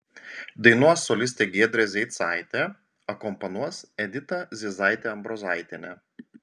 dainuos solistė giedrė zeicaitė akompanuos edita zizaitė ambrozaitienė